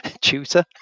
tutor